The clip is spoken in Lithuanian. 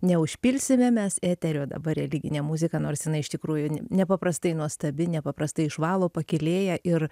neužpilsime mes eterio dabar religinė muzika nors jinai iš tikrųjų ne nepaprastai nuostabi nepaprastai išvalo pakylėja ir